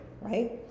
right